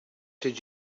did